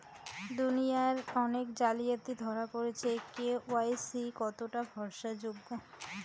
দুনিয়ায় অনেক জালিয়াতি ধরা পরেছে কে.ওয়াই.সি কতোটা ভরসা যোগ্য?